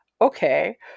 Okay